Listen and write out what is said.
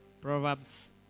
Proverbs